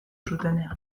zutenean